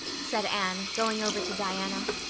said anne, going over to diana.